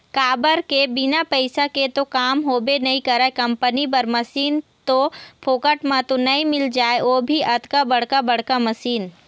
काबर के बिना पइसा के तो काम होबे नइ करय कंपनी बर मसीन तो फोकट म तो नइ मिल जाय ओ भी अतका बड़का बड़का मशीन